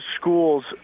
schools